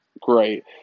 great